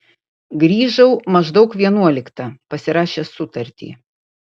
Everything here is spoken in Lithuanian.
grįžau maždaug vienuoliktą pasirašęs sutartį